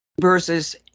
versus